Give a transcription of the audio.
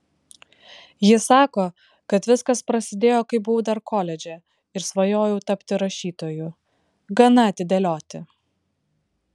ji sako kad viskas prasidėjo kai buvau dar koledže ir svajojau tapti rašytoju gana atidėlioti